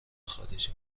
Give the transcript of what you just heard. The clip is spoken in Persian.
خارجی